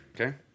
Okay